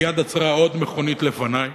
ומייד עצרה עוד מכונית לפני,